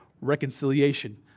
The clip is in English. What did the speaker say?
reconciliation